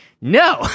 no